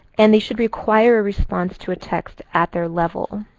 and they should require a response to a text at their level.